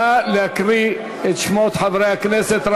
נא להקריא את שמות חברי הכנסת.